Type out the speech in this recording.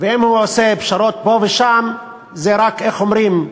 ואם הוא עושה פשרות פה ושם זה רק, איך אומרים,